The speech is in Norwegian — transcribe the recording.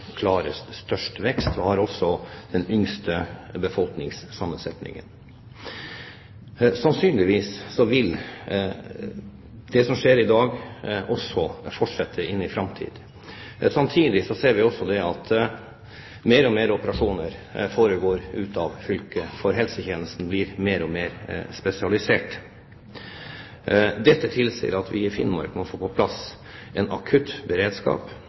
vekst, og har også den yngste befolkningssammensetningen. Sannsynligvis vil det som skjer i dag, også fortsette inn i framtiden. Samtidig ser vi også at flere og flere operasjoner foregår utenfor fylket, for helsetjenesten blir mer og mer spesialisert. Dette tilsier at vi i Finnmark må få på plass